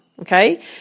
Okay